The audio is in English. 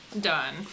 done